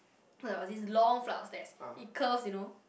so like there was this long flight of stairs it curves you know